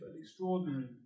extraordinary